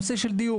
לגבי דיור